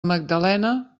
magdalena